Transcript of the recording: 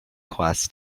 class